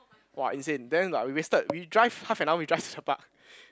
!wah! insane then like we wasted we drive half an hour we drive to the park